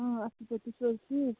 آ اَصٕل پٲٹھۍ تُہۍ چھُو حظ ٹھیٖک